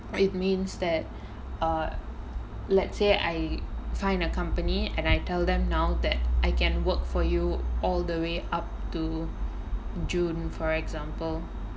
it means that err let's say I find a company and I tell them now that I can work for you all the way up to june for example